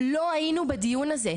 לא היינו בדיון הזה.